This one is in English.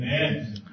Amen